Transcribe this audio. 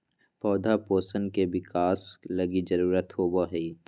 पौधा पोषण के बिकास लगी जरुरत होबो हइ